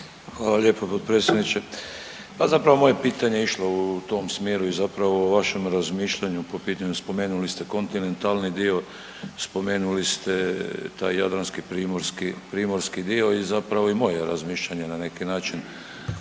Hvala lijepo potpredsjedniče. Pa zapravo moje pitanje je išlo u tom smjeru i zapravo vašem razmišljanju po pitanju spomenuli ste kontinentalni dio, spomenuli ste taj jadranski, primorski, primorski dio i zapravo i moje razmišljanje na neki način